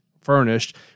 furnished